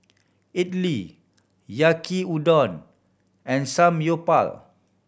Idili Yaki Udon and Samgyeopsal